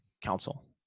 Council